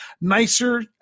nicer